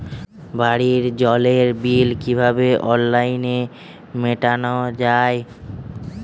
বাড়ির জলের বিল কিভাবে অনলাইনে মেটানো যায়?